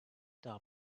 dub